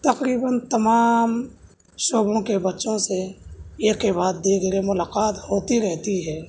تقریباً تمام شعبوں کے بچوں سے یکے بعد دیگرے ملاقات ہوتی رہتی ہے